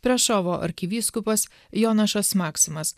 prešovo arkivyskupas jonašas maksimas